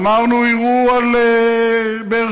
אמרנו: יירו על באר-שבע.